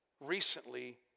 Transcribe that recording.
recently